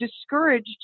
discouraged